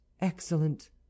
excellent